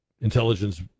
intelligence